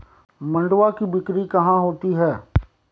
मंडुआ की बिक्री कहाँ होती है?